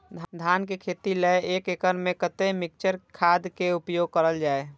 धान के खेती लय एक एकड़ में कते मिक्चर खाद के उपयोग करल जाय?